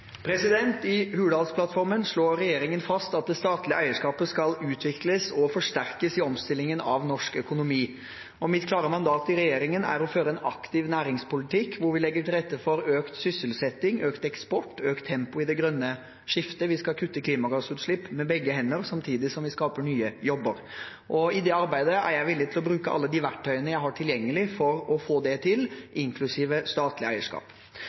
oppkjøp?» I Hurdalsplattformen slår regjeringen fast at det statlige eierskapet skal utvikles og forsterkes i omstillingen av norsk økonomi. Mitt klare mandat i regjeringen er å føre en aktiv næringspolitikk, hvor vi legger til rette for økt sysselsetting, økt eksport og økt tempo i det grønne skiftet. Vi skal kutte klimagassutslipp med begge hender, samtidig som vi skaper nye jobber. I det arbeidet er jeg villig til å bruke alle de verktøyene jeg har tilgjengelig for å få det til, inklusive statlig eierskap.